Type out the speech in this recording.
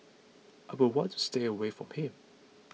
I would want to stay away from him